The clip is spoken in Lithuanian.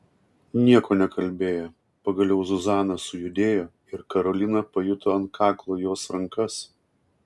nieko nekalbėjo pagaliau zuzana sujudėjo ir karolina pajuto ant kaklo jos rankas